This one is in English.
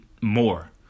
more